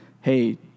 hey